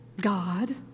God